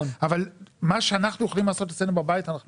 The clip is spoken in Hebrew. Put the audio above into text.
מה שאנחנו יכולים לעשות אצלנו בבית אנחנו עושים,